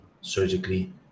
surgically